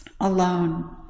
alone